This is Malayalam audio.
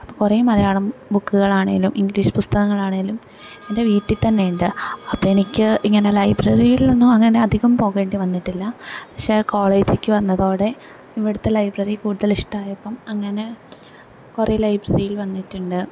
അപ്പോൾ കുറെ മലയാളം ബുക്കുകളാണേലും ഇംഗ്ലീഷ് പുസ്തകങ്ങളാണേലും എൻ്റെ വീട്ടിൽ തന്നെ ഉണ്ട് അപ്പോൾ എനിക്ക് ഇങ്ങനെ ലൈബ്രറികളിലൊന്നും അങ്ങനെ അധികം പോകേണ്ടി വന്നിട്ടില്ല പക്ഷേ കോളേജ്ക്ക് വന്നതോടെ ഇവിടത്തെ ലൈബ്രറി കൂടുതലിഷ്ടായപ്പം അങ്ങനെ കുറെ ലൈബ്രറീൽ വന്നിട്ടുണ്ട്